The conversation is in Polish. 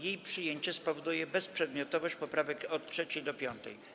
Jej przyjęcie spowoduje bezprzedmiotowość poprawek od 3. do 5.